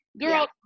girl